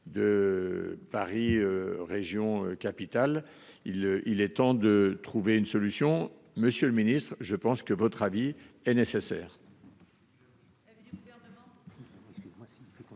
de. Paris Région capitale il il est temps de trouver une solution. Monsieur le Ministre, je pense que votre avis est nécessaire.